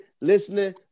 listening